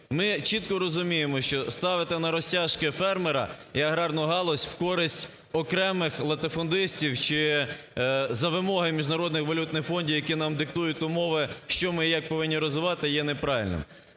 Ми чітко розуміємо, що ставити на розтяжки фермера і аграрну галузь в користь окремих латифундистів чи за вимоги Міжнародного валютного фонду, який нам диктує умови, що ми і як повинні розвивати, є неправильним.